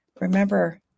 Remember